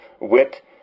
wit